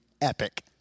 epic